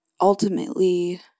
ultimately